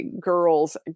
girls